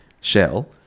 Shell